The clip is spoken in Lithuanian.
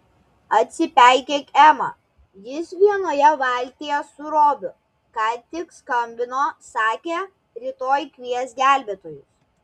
atsipeikėk ema jis vienoje valtyje su robiu ką tik skambino sakė rytoj kvies gelbėtojus